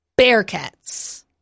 Bearcats